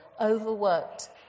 overworked